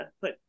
put